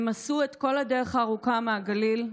הם עשו את כל הדרך הארוכה מהגליל,